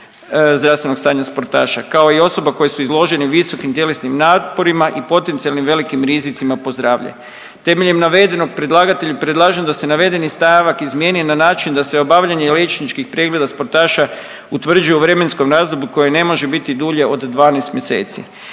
zdravstvenog stanja sportaša, kao i osoba koje su izložene visokim tjelesnim naporima i potencijalnim velikim rizicima po zdravlje. Temeljem navedenog predlagatelju predlažem da se navedeni stavak izmijeni na način da se obavljanje liječničkih pregleda sportaša utvrđuje u vremenskom razdoblju koje ne može biti dulje od 12 mjeseci.